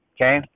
Okay